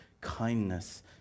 kindness